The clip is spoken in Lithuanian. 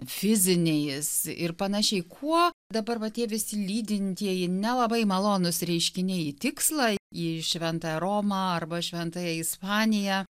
fiziniais ir panašiai kuo dabar va tie visi lydintieji nelabai malonūs reiškiniai į tikslą į šventąją romą arba šventąją ispaniją